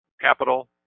capital